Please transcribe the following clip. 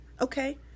Okay